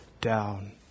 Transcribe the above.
down